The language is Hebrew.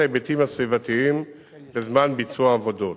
ההיבטים הסביבתיים בזמן ביצוע העבודות.